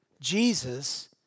Jesus